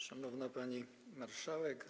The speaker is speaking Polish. Szanowna Pani Marszałek!